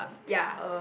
ya